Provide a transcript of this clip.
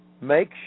Make